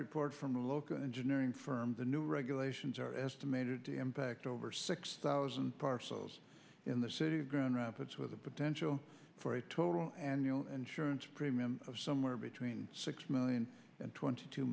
report from a local engineering firm the new regulations are estimated to impact over six thousand parcels in the city of grand rapids with the potential for a total annual insurance premium of somewhere between six million and twenty two